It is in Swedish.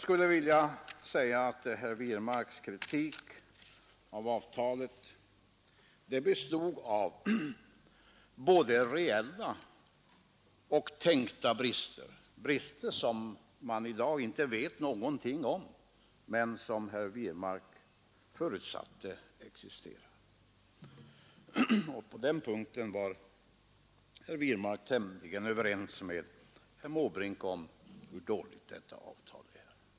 Herr Wirmarks kritik av avtalet omfattade både reella och tänkta brister — brister som man i dag inte vet någonting om men som herr Wirmark förutsatte existerar. Och på den punkten var herr Wirmark tämligen överens med herr Måbrink om hur dåligt detta avtal är.